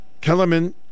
Kellerman